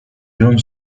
john